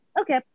okay